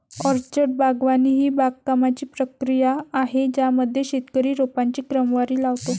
orchard बागवानी ही बागकामाची प्रक्रिया आहे ज्यामध्ये शेतकरी रोपांची क्रमवारी लावतो